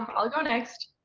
um i'll go next!